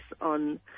on